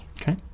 Okay